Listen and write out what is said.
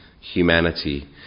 humanity